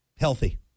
healthy